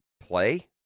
play